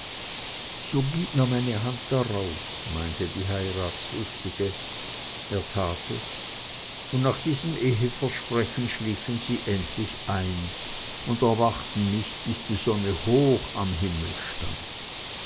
so gib mir die hand darauf meinte die heiratslustige er tat es und nach diesem eheversprechen schliefen sie endlich ein und erwachten nicht bis die sonne schon hoch am himmel stand